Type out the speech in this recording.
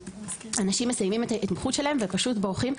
אנשים מסיימים את ההתמחות שלהם ופשוט בורחים.